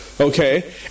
okay